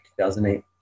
2008